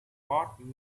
bought